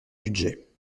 budget